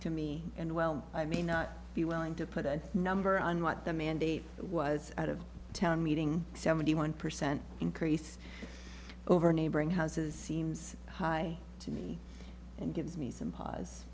to me and well i may not be willing to put a number on what the mandate was out of town meeting seventy one percent increase over neighboring houses seems high to me and gives me some pa